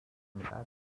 میدهد